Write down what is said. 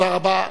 תודה רבה.